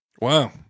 Wow